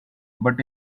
but